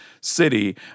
city